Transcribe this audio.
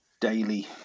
daily